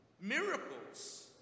Miracles